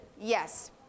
yes